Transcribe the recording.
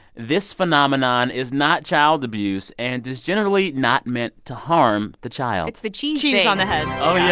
this phenomenon is not child abuse and is generally not meant to harm the child it's the cheese thing. cheese on the head oh, yeah.